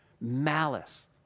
Malice